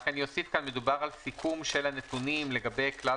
רק אני אוסיף כאן מדובר על סיכום של הנתונים לגבי כלל